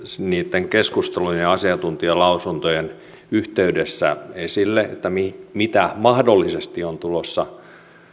niitten keskustelujen ja asiantuntijalausuntojen yhteydessä esille ja joita mahdollisesti on tulossa